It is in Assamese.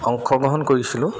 অংশগ্ৰহণ কৰিছিলোঁ